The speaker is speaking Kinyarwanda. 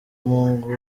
mungu